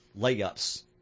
layups